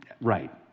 Right